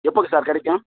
எப்போங்க சார் கிடைக்கும்